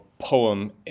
Poem